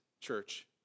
church